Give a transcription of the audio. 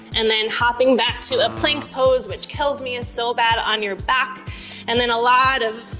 and then hopping back to a plank pose which kills me. so bad on your back and then a lot of